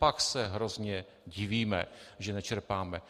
Pak se hrozně divíme, že nečerpáme.